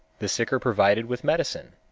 the sick are provided with medicine.